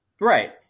Right